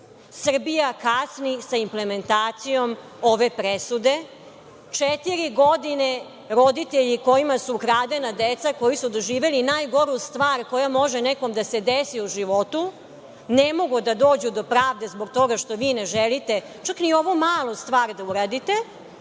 Srbija kasni sa implementacijom ove presude. Četiri godine roditelji kojima su ukradena deca, koji su doživeli najgoru stvar koja može nekome da se desi u životu, ne mogu da dođu do pravde zbog toga što vi ne želite čak ni ovu malu stvar da uradite,